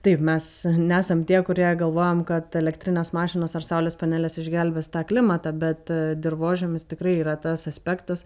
taip mes nesam tie kurie galvojam kad elektrinės mašinos ar saulės panelės išgelbės tą klimatą bet e dirvožemis tikrai yra tas aspektas